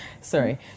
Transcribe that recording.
Sorry